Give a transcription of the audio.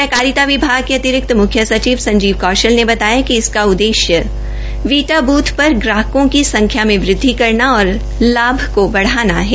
सहकारिता विभाग के अतिरिक्त मुख्य सचिव श्री संजीव कौशल ने बताया कि इसका उददेश्य वीटा बूथों पर ग्राहकों की संख्या में वृदधि करना और लाभ को बढ़ाना है